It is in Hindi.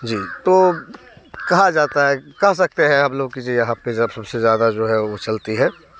जी तो कहा जाता है कह सकते हैं आप लोग की जी यहाँ पे जब सबसे ज़्यादा जो है वो चलती है